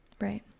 Right